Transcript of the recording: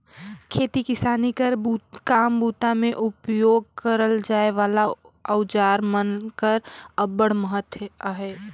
खेती किसानी कर काम बूता मे उपियोग करल जाए वाला अउजार मन कर अब्बड़ महत अहे